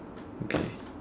okay